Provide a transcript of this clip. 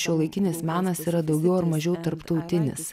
šiuolaikinis menas yra daugiau ar mažiau tarptautinis